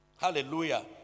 Hallelujah